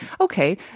Okay